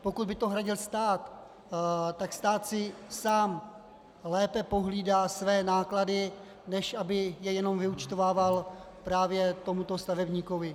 Pokud by to hradil stát, tak stát si sám lépe pohlídá své náklady, než aby je jenom vyúčtovával právě tomuto stavebníkovi.